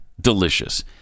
Delicious